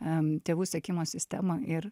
em tėvų sekimo sistemą ir